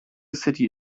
city